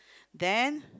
then